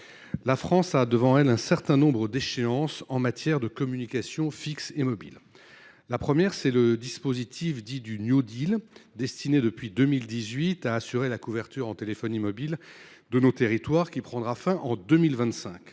La France a devant elle un certain nombre d’échéances en matière de communications fixes et mobiles. En premier lieu, le dispositif dit du New Deal mobile, destiné depuis 2018 à garantir la couverture en téléphonie mobile de nos territoires, prendra fin en 2025.